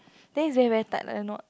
then is there very tight like a knot